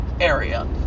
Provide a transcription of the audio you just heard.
area